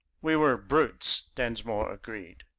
we were brutes! densmore agreed.